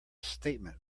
statement